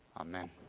Amen